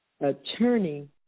Attorney